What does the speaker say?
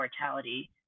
mortality